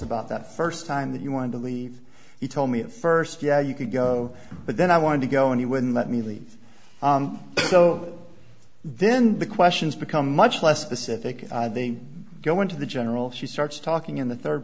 about that first time that you wanted to leave he told me at first yeah you could go but then i wanted to go and he wouldn't let me leave so then the questions become much less specific they go into the general she starts talking in the third